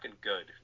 good